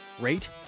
rate